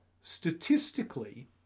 statistically